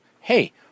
hey